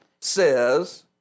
says